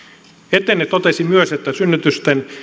etene totesi myös että synnytysten